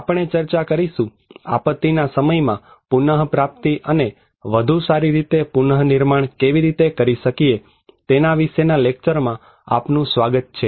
આપણે ચર્ચા કરીશું આપત્તિના સમયમાં પુનઃપ્રાપ્તિ અને વધુ સારી રીતે પુનર્નિર્માણ કેવી રીતે કરી શકીએ તેના વિશેના લેક્ચરમાં આપનું સ્વાગત છે